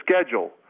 schedule